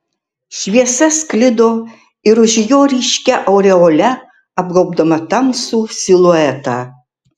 šviesa sklido ir už jo ryškia aureole apgaubdama tamsų siluetą